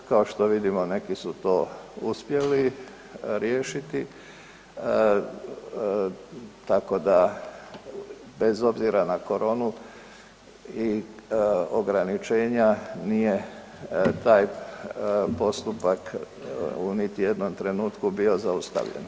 Kao što vidimo, neki su to uspjeli riješiti, tako da bez obzira na koronu i ograničenja, nije taj postupak u niti jednom trenutku bio zaustavljen.